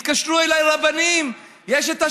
התקשרו אליי רבנים: יש את השבת,